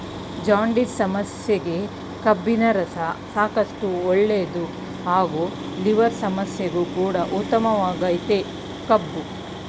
jaundice ಸಮಸ್ಯೆಗೆ ಕಬ್ಬಿನರಸ ಸಾಕಷ್ಟು ಒಳ್ಳೇದು ಹಾಗೂ ಲಿವರ್ ಸಮಸ್ಯೆಗು ಕೂಡ ಉತ್ತಮವಾಗಯ್ತೆ ಕಬ್ಬು